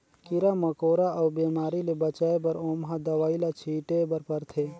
कीरा मकोरा अउ बेमारी ले बचाए बर ओमहा दवई ल छिटे बर परथे